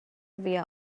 via